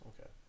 Okay